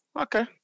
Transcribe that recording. Okay